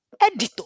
editor